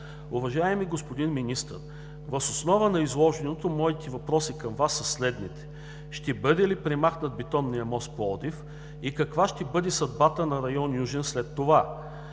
Уважаеми господин Министър, въз основа на изложеното моите въпроси към Вас са следните: Ще бъде ли премахнат Бетонният мост – Пловдив, и каква ще бъде съдбата на район Южен след това?